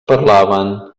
parlaven